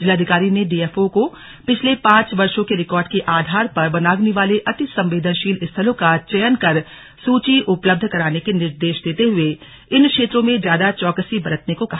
जिलाधिकारी ने डीएफओ को पिछले पांच वर्षो के रिकॉर्ड के आधार पर वनाग्नि वाले अति संवदेनशील स्थलों का चयन कर सुची उपलब्ध कराने के निर्देश देते हुए उन क्षेत्रों में ज्यादा चौकसी बरतने को कहा